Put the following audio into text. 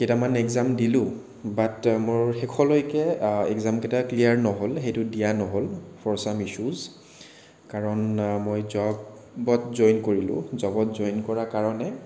কেইটামান এক্জাম দিলোঁ বাট মোৰ শেষলৈকে এক্জাম কেইটা ক্লিয়াৰ নহ'ল সেইটো দিয়া নহ'ল ফৰ চাম ইছ্যুজ কাৰণ মই জবত জইন কৰিলোঁ জবত জইন কৰা কাৰণে